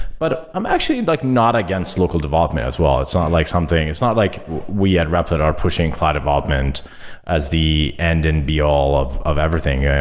but i'm actually like not against local development as well. it's not like something. it's not like we at repl it are pushing cloud evolvement as the end and be all of of everything.